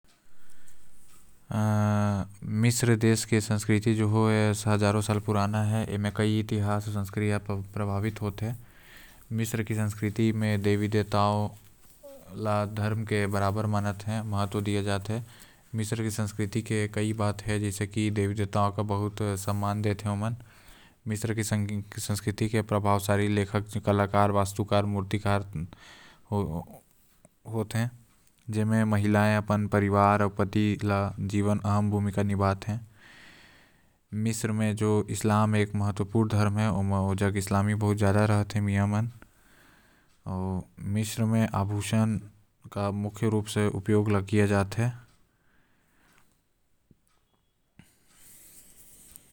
मिश्रदेव के संस्कृति जो होल आहार हजारों साल पुराना हे। आऊसाथ हे ए मन अपन संस्कृति म देवि देवता ल भी मानते आऊ ए काफी पुराना संस्कृति माने जाते।